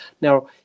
now